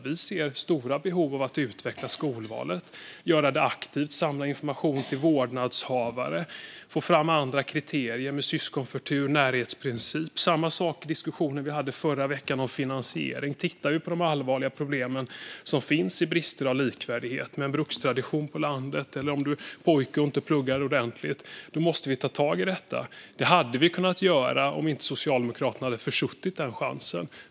Vi ser stora behov av att utveckla skolvalet och göra det aktivt, samla information till vårdnadshavare och få fram andra kriterier när det gäller syskonförtur och närhetsprincipen. Det är samma sak med diskussionen om finansiering, som vi hade i förra veckan. Vi ser allvarliga problem med brister i likvärdighet, med brukstradition på landet eller att pojkar inte pluggar ordentligt, och då måste vi ta tag i detta. Det hade vi kunnat göra om inte Socialdemokraterna hade försuttit den chansen.